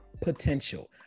potential